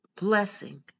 Blessing